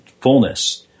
fullness –